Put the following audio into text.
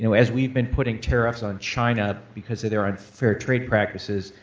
you know as we have been putting tariffs on china because of their unfair trade practices,